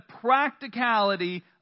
practicality